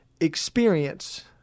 experience